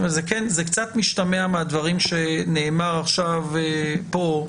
זה קצת משתמע מהדברים שנאמרו עכשיו כאן,